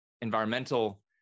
environmental